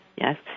Yes